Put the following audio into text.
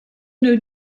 new